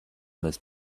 this